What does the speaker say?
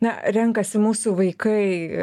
na renkasi mūsų vaikai